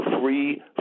free